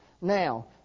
Now